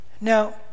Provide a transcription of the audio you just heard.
now